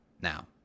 now